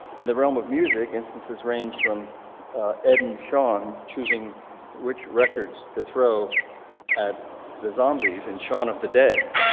in the realm of music, instances range from ed and shaun choosing which records to throw at the zombies in shaun of the dead.